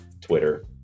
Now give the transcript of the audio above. Twitter